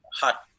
hot